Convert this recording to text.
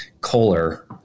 Kohler